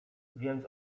więc